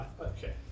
okay